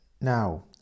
now